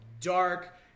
dark